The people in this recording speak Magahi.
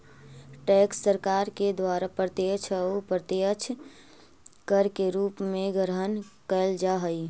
टैक्स सरकार के द्वारा प्रत्यक्ष अउ अप्रत्यक्ष कर के रूप में ग्रहण कैल जा हई